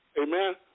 Amen